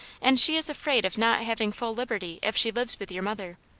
and she is afraid of not having full liberty if she lives with your mother.